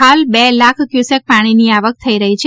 હાલ બે લાખ ક્યુસેક પાણીની આવક થઈ રહી છે